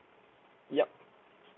yup